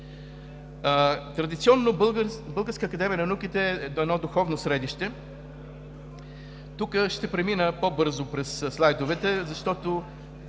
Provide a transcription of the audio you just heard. Традиционно Българската академия на науките е едно духовно средище. Тук ще премина по-бързо през слайдовете, защото